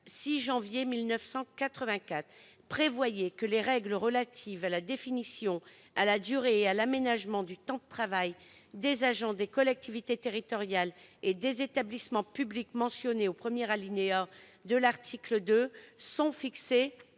26 janvier 1984 prévoit que « les règles relatives à la définition, à la durée et à l'aménagement du temps de travail des agents des collectivités territoriales et des établissements publics mentionnés au premier alinéa de l'article 2 sont fixées